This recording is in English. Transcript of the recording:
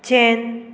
zen